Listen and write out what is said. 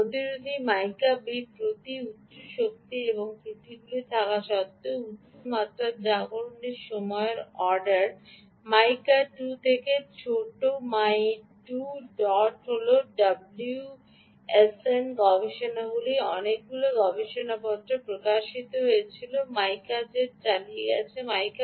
সমস্ত প্রতিরোধী mica bit প্রতি উচ্চ শক্তি ছিল এবং ত্রুটিগুলি থাকা সত্ত্বেও উচ্চ মাত্রার জাগরণের সময়ের অর্ডার মাইকা 2 এবং ছোট মাই 2 ডট হল ডাব্লুএসএন গবেষণায় অনেকগুলি গবেষণাপত্র প্রকাশিত হয়েছিল মাইকা জেড চালিয়ে গেছে